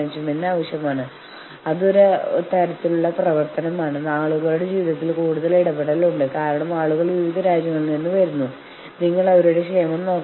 നിങ്ങളുടെ ജീവനക്കാർക്ക് ദീർഘകാലത്തേക്ക് യാതൊരു ശമ്പളവുമില്ലാതെ സ്വയം നിലനിൽക്കാൻ കഴിയുമെന്ന് നിങ്ങൾക്ക് ഉറപ്പുണ്ടെങ്കിൽ മാത്രമേ നിങ്ങൾക്ക് അത് പറയാൻ സാധിക്കൂ